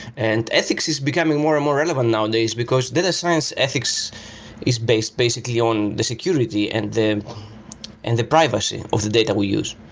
and ethics is becoming more and more relevant nowadays, because data science ethics is based basically on the security and and the privacy of the data we use.